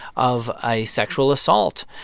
of a sexual assault.